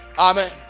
Amen